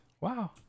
Wow